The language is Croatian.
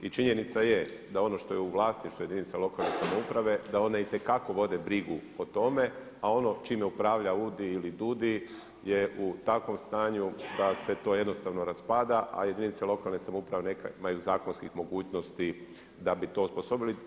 I činjenica je da ono što je u vlasništvu jedinica lokalne samouprave da one itekako vode brigu o tome a ono čime upravlja AUDI ili DUUDI je u takvom stanju da se to jednostavno raspada a jedinice lokalne samouprave nemaju zakonskih mogućnosti da bi to osposobili.